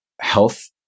health